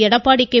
Edappadi K